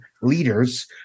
leaders –